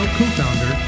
co-founder